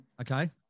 Okay